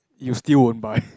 you still won't buy